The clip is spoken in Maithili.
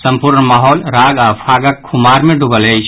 सम्पूर्ण माहौल राग आ फागक खुमार मे डूबल अछि